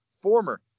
former